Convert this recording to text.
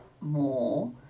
more